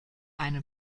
einen